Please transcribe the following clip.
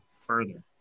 further